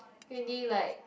really like